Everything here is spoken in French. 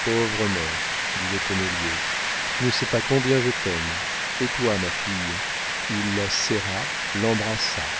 pauvre mère dit le tonnelier tu ne sais pas combien je t'aime et toi ma fille il la serra l'embrassa